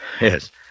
Yes